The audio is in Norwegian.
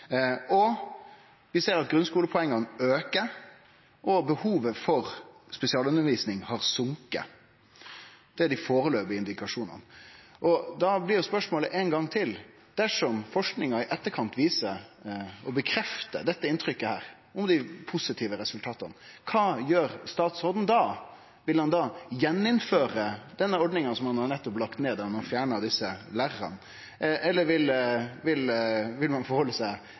Vi ser at grunnskolepoenga aukar, og behovet for spesialundervisning har sokke. Det er dei foreløpige indikasjonane. Då blir spørsmålet ein gong til: Dersom forskinga i etterkant viser og stadfester dette inntrykket av dei positive resultata, kva gjer statsråden då? Vil han då på ny innføre denne ordninga som han nettopp har lagt ned ved å fjerne desse lærarstillingane, eller vil ein berre halde seg